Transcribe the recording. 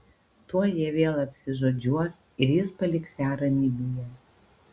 tuoj jie vėl apsižodžiuos ir jis paliks ją ramybėje